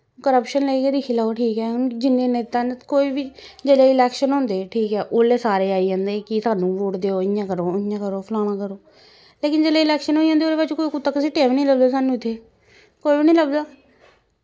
corruption लेई गै दिक्खी लैओ ठीक ऐ जि'न्ने नेता न कोई बी जेल्लै इलेक्शन होंदे ठीक ऐ ओल्लै सारे आई जंदे कि सानूं वोट देओ इ'यां करो उ'यां करो फलाना करो लेकिन जेल्लै इलेक्शन होई जंदी ओह्दे बाद च कोई कुत्ता घसीटे दा बी निं लभदा सानूं इत्थें कोई बी निं लभदा